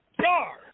Jar